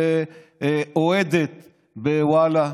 אוהדת בוואלה?